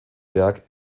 werk